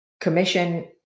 Commission